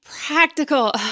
Practical